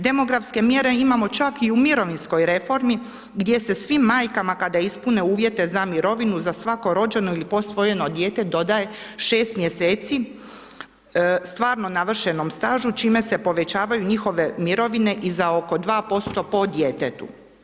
Demografske mjere imamo čak i u mirovinskoj reformi gdje se svim majkama kada ispune uvjete za mirovinu, za svako rođeno ili posvojeno dijete dodaje 6 mjeseci stvarno navršenom stažu, čime se povećavaju njihove mirovine i za oko 2% po djetetu.